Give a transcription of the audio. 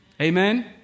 Amen